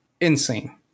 insane